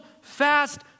fast